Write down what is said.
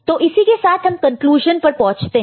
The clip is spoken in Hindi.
तो इसी के साथ हम कंक्लूजन पर पहुंचते हैं